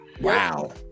wow